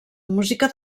música